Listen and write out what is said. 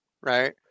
right